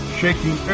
shaking